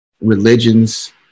religions